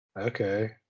okay